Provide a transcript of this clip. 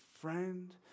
friend